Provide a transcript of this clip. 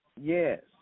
yes